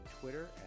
Twitter